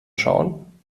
schauen